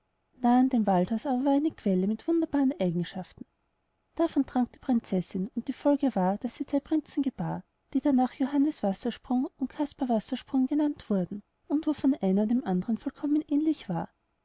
waldhaus aber war eine quelle mit wunderbaren eigenschaften davon trank die prinzessin und die folge war daß sie zwei prinzen gebar die darnach johannes wassersprung und caspar wassersprung genannt wurden und wovon einer dem andern vollkommen ähnlich war